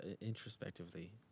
introspectively